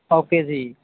okay ਜੀ